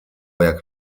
jak